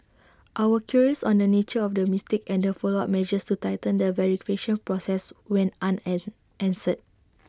our queries on the nature of the mistake and the follow up measures to tighten the process went an unanswered